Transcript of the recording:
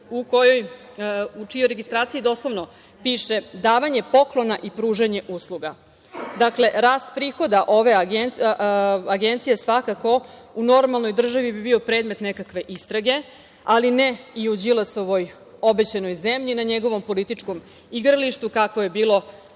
u čijoj registraciji doslovno piše - davanje poklona i pružanje usluga. Dakle, rast prihoda ove agencije, svakako, u normalnoj državi bi bio predmet nekakve istrage, ali ne i u Đilasovoj obećanoj zemlji i na njegovom političkom igralištu kakav je bio